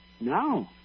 No